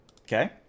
Okay